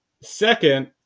Second